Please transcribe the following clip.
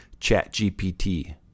ChatGPT